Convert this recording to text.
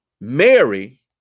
Mary